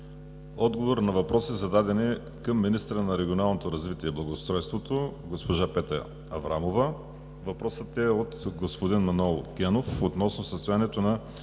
отговор на въпроса, зададен към министъра на регионалното развитие и благоустройството – госпожа Петя Аврамова. Въпросът е от господин Манол Генов относно състоянието на